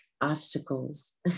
obstacles